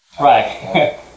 right